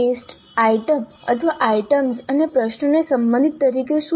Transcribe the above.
test item અથવા items અને પ્રશ્નોને સંબંધ તરીકે શું છે